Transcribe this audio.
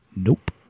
Nope